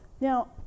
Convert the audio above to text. Now